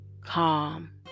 calm